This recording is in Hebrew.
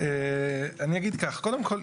קודם כל,